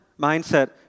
mindset